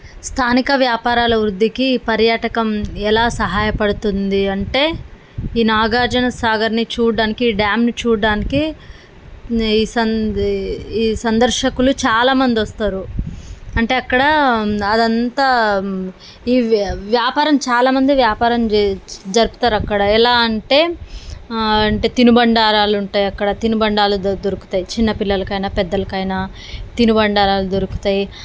స్థానిక వ్యాపారాల వృద్ధికి పర్యాటకం ఎలా సహాయపడుతుంది అంటే ఈ నాగార్జునసాగర్ని చూడడానికి డ్యామ్ని చూడడానికి ఈ సందర్శకులు చాలామంది వస్తారు అంటే అక్కడ అదంతా ఈ వ్యాపారం చాలామంది వ్యాపారం చే జరుపుతారు అక్కడ ఎలా అంటే అంటే తినుబండారాలు ఉంటాయి అక్కడ తినుబండాలు దొరుకుతాయి చిన్నపిల్లలకైనా పెద్దలకైనా తినుబండారాలు దొరుకుతాయి